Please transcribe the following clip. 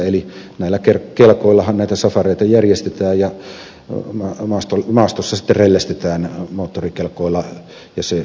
eli näillä kelkoillahan näitä safareita järjestetään ja maastossa sitten rellestetään moottorikelkoilla ja se niin kuin ed